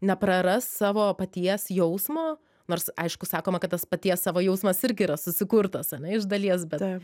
nepraras savo paties jausmo nors aišku sakoma kad tas paties savo jausmas irgi yra susikurtas ane iš dalies bet